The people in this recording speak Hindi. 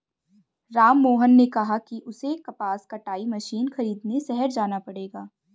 राममोहन ने कहा कि उसे कपास कटाई मशीन खरीदने शहर जाना पड़ेगा